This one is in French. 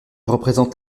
représente